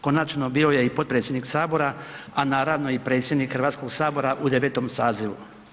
Konačno bio je i potpredsjednik sabora, a naravno i predsjednik Hrvatskog sabor u 9. sazivu.